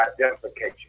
identification